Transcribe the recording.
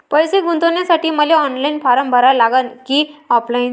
पैसे गुंतन्यासाठी मले ऑनलाईन फारम भरा लागन की ऑफलाईन?